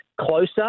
closer